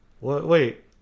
Wait